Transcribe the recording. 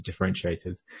differentiators